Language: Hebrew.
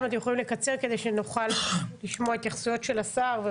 אם אתם יכולים לקצר כדי שנוכל לשמוע התייחסויות של השר.